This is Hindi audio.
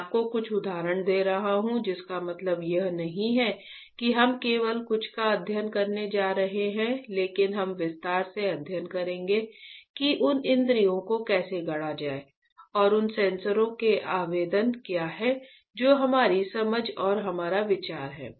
मैं आपको कुछ उदाहरण दे रहा हूं जिसका मतलब यह नहीं है कि हम केवल कुछ का अध्ययन करने जा रहे हैं लेकिन हम विस्तार से अध्ययन करेंगे कि उन इंद्रियों को कैसे गढ़ा जाए और उन सेंसरों के आवेदन क्या है जो हमारी समझ और हमारा विचार है